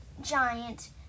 giant